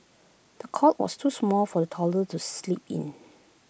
the cot was too small for the toddler to sleep in